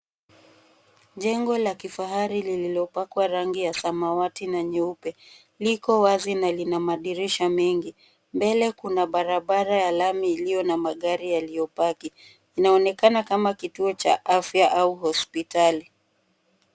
Jengo la kifahari lililopakwa rangi ya samawati na nyeupe liko wazi na lina madirisha mengi. Mbele kuna barabara ya lami iliyo na magari yaliyopaki. Inaonekana kama kituo cha afya au hospitali.